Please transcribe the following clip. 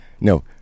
No